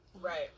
Right